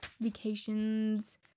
vacations